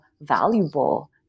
valuable